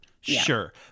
sure